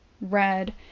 red